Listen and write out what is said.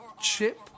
chip